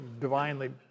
divinely